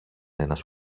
ένας